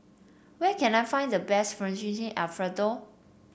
where can I find the best Fettuccine Alfredo